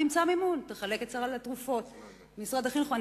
תמצא מימון, תחלק את סל התרופות, וגם משרד החינוך.